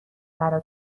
برا